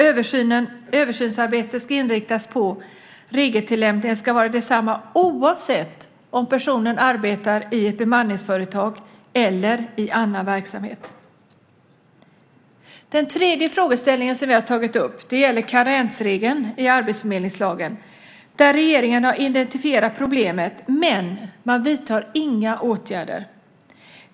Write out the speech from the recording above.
Översynsarbetet ska inriktas på att regeltillämpningen ska vara densamma oavsett om en person arbetar i ett bemanningsföretag eller i annan verksamhet. Den tredje frågeställningen som vi har tagit upp gäller karensregeln i arbetsförmedlingslagen. Där identifierar regeringen problemet men vidtar inte några åtgärder.